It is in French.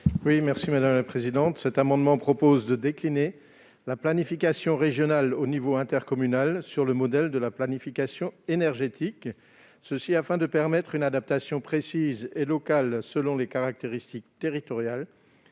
est à M. Claude Kern. Cet amendement tend à décliner la planification régionale au niveau intercommunal sur le modèle de la planification énergétique, afin de permettre une adaptation précise et locale selon les caractéristiques territoriales